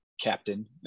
captain